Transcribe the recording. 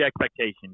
expectations